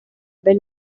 belle